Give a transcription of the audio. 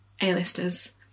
A-listers